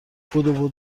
بدو